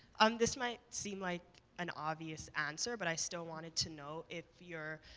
um, this might seem like an obvious answer, but i still wanted to know if your,